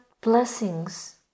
blessings